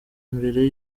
imbere